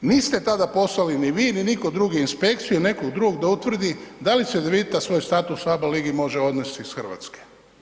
Niste tada poslali ni vi ni nitko drugi inspekciju ili nekog drugog da utvrdi da li Cedevita svoj status u ABBA ligi može odnijeti iz Hrvatske.